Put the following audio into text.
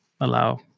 allow